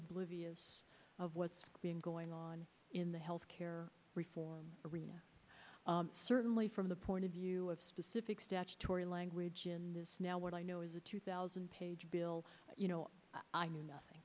oblivious of what's been going on in the health care reform arena certainly from the point of view of specific statutory language in this now what i know is a two thousand page bill you know i knew nothing